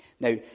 Now